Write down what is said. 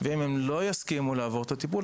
ואם הם לא יסכימו לעבור את הטיפול,